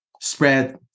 spread